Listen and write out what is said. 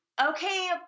okay